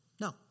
No